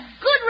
good